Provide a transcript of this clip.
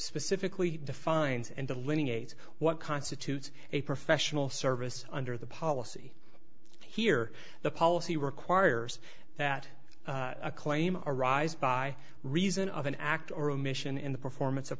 specifically defines and to litigate what constitutes a professional service under the policy here the policy requires that a claim arise by reason of an act or omission in the performance of